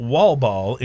Wallball